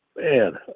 Man